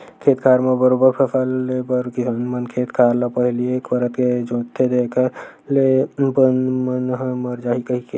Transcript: खेत खार म बरोबर फसल ले बर किसान मन खेत खार ल पहिली एक परत के जोंतथे जेखर ले बन मन ह मर जाही कहिके